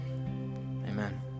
amen